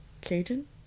Cajun